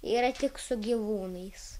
yra tik su gyvūnais